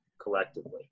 collectively